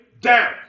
down